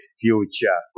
future